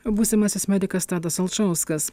būsimasis medikas tadas alšauskas